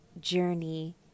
journey